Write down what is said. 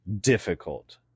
difficult